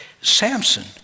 Samson